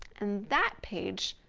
and that page,